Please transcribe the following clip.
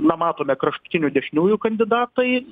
na matome kraštutinių dešiniųjų kandidatai